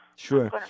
Sure